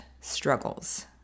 struggles